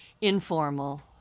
informal